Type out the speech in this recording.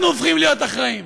אנחנו הופכים להיות אחראים.